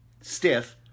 stiff